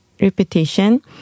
repetition